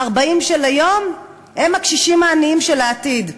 בני ה-40 היום הם הקשישים העניים של העתיד.